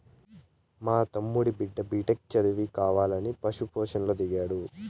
మా తమ్ముడి బిడ్డ బిటెక్ చదివి కావాలని పశు పోషణలో దిగాడు